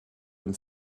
dem